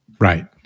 Right